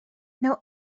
now